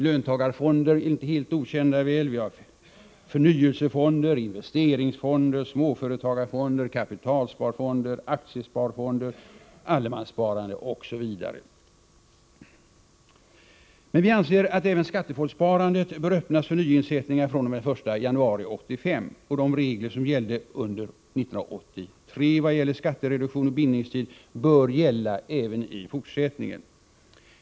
Löntagarfonder är ju inte helt okända, och vi har förnyelsefonder, investeringsfonder, småföretagarfonder, kapitalsparfonder, aktiesparfonder, allemanssparfonder, trygghetsfonder osv. Men vi anser att även skattefondssparandet bör öppnas för nyinsättningar fr.o.m. 1 januari 1985. De regler som gällde under 1983 i vad gäller skattereduktion och bindningstid bör gälla även i fortsättningen.